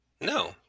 no